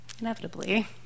inevitably